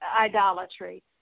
idolatry